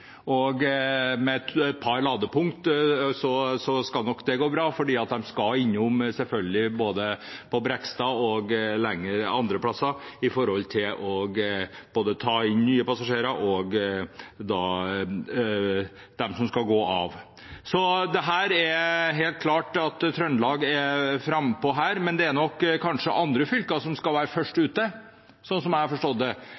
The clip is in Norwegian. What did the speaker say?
og med et par ladepunkt så skal nok det gå bra, for de skal selvfølgelig innom både Brekstad og andre plasser for å ta på nye passasjerer og slippe passasjerer av. Så her er helt klart Trøndelag frampå, men det er kanskje andre fylker som skal være først ute, sånn som jeg har forstått det,